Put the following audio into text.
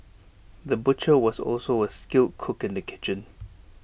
the butcher was also A skilled cook in the kitchen